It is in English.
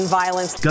violence